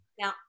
Now